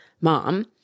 mom